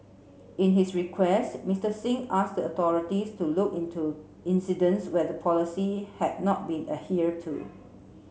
in his request Mr Singh asked the authorities to look into incidents where the policy had not been adhered to